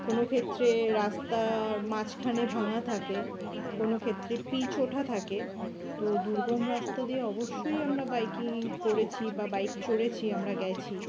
কোনো ক্ষেত্রে রাস্তার মাঝখানে ভাঙা থাকে কোনো ক্ষেত্রে পিচ ওঠা থাকে তো দুর্গম রাস্তা দিয়ে অবশ্যই আমরা বাইকিং করেছি বা বাইক চড়েছি আমরা গেছি